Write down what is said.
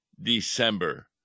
December